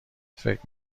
فکر